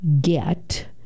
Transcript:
get